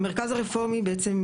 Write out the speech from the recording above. המרכז הרפורמי בעצם,